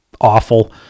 Awful